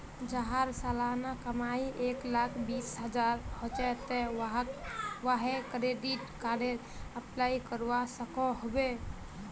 जहार सालाना कमाई एक लाख बीस हजार होचे ते वाहें क्रेडिट कार्डेर अप्लाई करवा सकोहो होबे?